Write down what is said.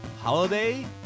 Holiday